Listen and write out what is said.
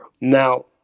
Now